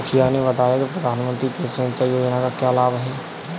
मुखिया ने बताया कि प्रधानमंत्री कृषि सिंचाई योजना का क्या लाभ है?